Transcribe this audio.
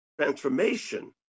transformation